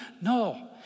No